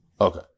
Okay